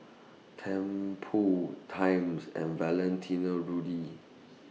Tempur Times and Valentino Rudy